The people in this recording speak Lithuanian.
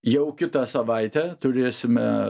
jau kitą savaitę turėsime